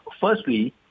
Firstly